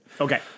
Okay